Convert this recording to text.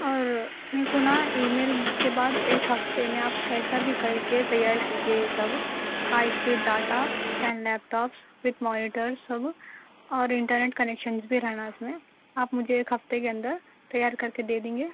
اور میرے کو نا اِی میل کے بعد ایک ہفتے میں آپ کیسا بھی کر کے تیار کیجیے یہ سب high speed data ten laptops with monitor سب اور انٹرنیٹ کنیکشنز بھی رہنا اِس میں آپ مجھے ایک ہفتے کے اندر تیار کر کے دے دیں گے